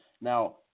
Now